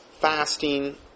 fasting